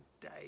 day